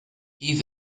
kiew